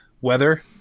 weather